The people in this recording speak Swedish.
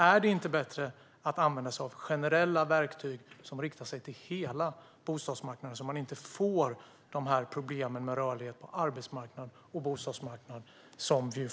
Är det inte bättre att använda sig av generella verktyg som riktas mot hela bostadsmarknaden, så att man inte får de här problemen med rörligheten på arbetsmarknaden och bostadsmarknaden?